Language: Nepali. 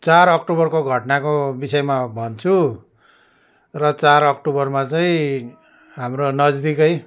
चार अक्टोबरको घटनाको बिषयमा भन्छु र चार अक्टोबरमा चाहिँ हाम्रो नजिकै